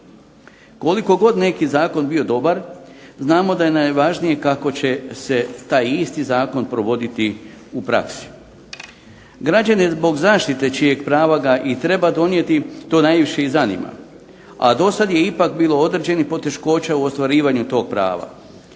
Koliko god neki zakon bio dobar znamo da je najvažnije kako će se taj isti zakon provoditi u praksi. Građane zbog zaštite čijeg prava ga i treba donijeti to najviše i zanima, a dosad je ipak bilo određenih poteškoća u ostvarivanju tog prava.